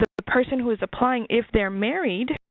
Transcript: the person who is applying, if they are married